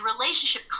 relationship